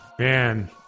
Man